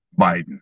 Biden